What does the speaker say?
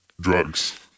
drugs